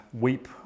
weep